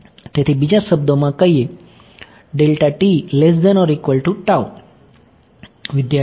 તેથી બીજા શબ્દોમાં કહીએ કે વિદ્યાર્થી